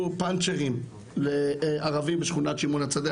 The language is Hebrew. פנצ'רים לערבים בשכונת שמעון הצדיק,